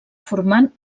formant